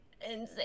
Insane